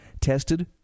tested